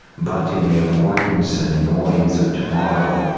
but in the importance and noise of to-morrow,